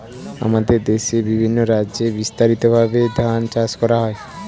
আমাদের দেশে বিভিন্ন রাজ্যে বিস্তারিতভাবে ধান চাষ করা হয়